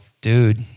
dude